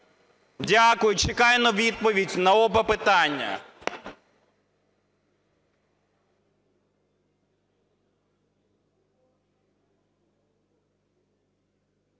Дякую. Чекаю на відповідь на обидва питання.